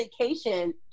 vacation